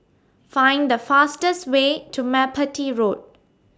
Find The fastest Way to Merpati Road